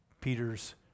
Peter's